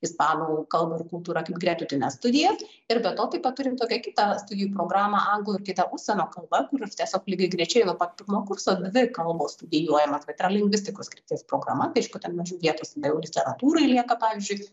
ispanų kalbą ir kultūrą gretutines studijas ir be to taip pat turim tokią kitą studijų programą anglų ir kita užsienio kalba kur aš tiesiog lygiagrečiai nuo pat pirmo kurso dvi kalbos studijuojama bet tai yra lingvistikos krypties programa tai aišku ten mažiau vietos tada jau literatūrai lieka pavyzdžiui